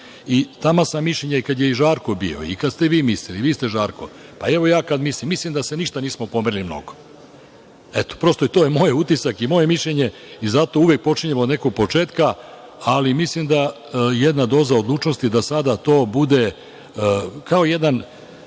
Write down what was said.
i taman sam mišljenja i kada je i Žarko bio i kada ste vi mislili, i vi ste Žarko, a evo ja kada mislim, mislim da se ništa nismo pomerili mnogo. Prosto je to moj utisak i moje mišljenje i zato uvek počinjemo od nekog početka, ali mislim da jedna doza odlučnosti da sada to bude kao jedan